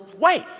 wait